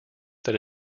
that